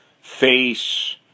face